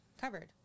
covered